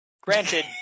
granted